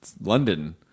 London